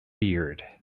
beard